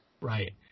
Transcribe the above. Right